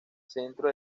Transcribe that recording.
centro